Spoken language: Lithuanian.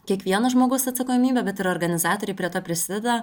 kiekvieno žmogaus atsakomybė bet ir organizatoriai prie to prisideda